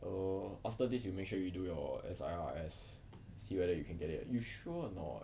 err after this you make sure you do your S_I_R_S see whether you can get it you sure or not